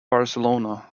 barcelona